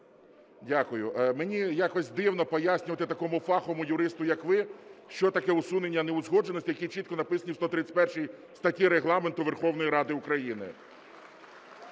Дякую. Мені якось дивно пояснювати такому фаховому юристу, як ви, що таке "усунення неузгодженостей", які чітко написані в 131 статті Регламенту Верховної Ради України.